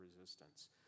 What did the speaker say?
resistance